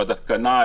לוועדת קנאי,